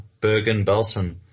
Bergen-Belsen